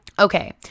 Okay